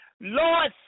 Lord